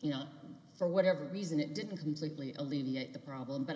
you know for whatever reason it didn't completely alleviate the problem but i